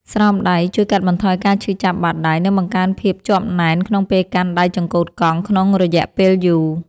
ស្រោមដៃជួយកាត់បន្ថយការឈឺចាប់បាតដៃ និងបង្កើនភាពជាប់ណែនក្នុងពេលកាន់ដៃចង្កូតកង់ក្នុងរយៈពេលយូរ។